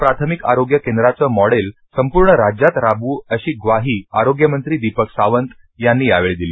या प्राथमिक आरोग्य केंद्राच मॉडेल संपूर्ण राज्यात राबवू अशी ग्वाही आरोग्यमंत्री दीपक सावंत यांनी यावेळी दिली